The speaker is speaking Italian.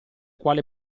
quale